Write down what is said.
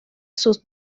sus